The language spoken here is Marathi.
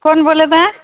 कोण बोलत आहे